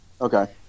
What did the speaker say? Okay